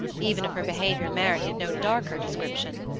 even if her behaviour merited no darker description.